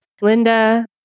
Linda